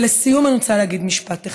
לסיום אני רוצה להגיד משפט.